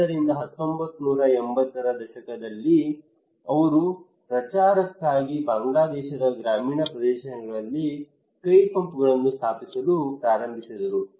ಆದ್ದರಿಂದ 1980 ರ ದಶಕದಲ್ಲಿ ಅವರು ಪ್ರಚಾರಕ್ಕಾಗಿ ಬಾಂಗ್ಲಾದೇಶದ ಗ್ರಾಮೀಣ ಪ್ರದೇಶಗಳಲ್ಲಿ ಕೈ ಪಂಪ್ಗಳನ್ನು ಸ್ಥಾಪಿಸಲು ಪ್ರಾರಂಭಿಸಿದರು